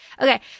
Okay